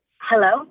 Hello